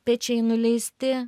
pečiai nuleisti